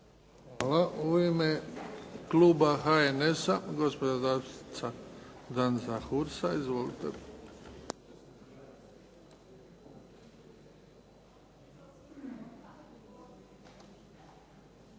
Hvala. U ime kluba HNS-a, gospođa zastupnica Danica Hursa. Izvolite. **Hursa,